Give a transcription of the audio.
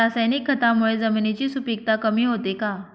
रासायनिक खतांमुळे जमिनीची सुपिकता कमी होते का?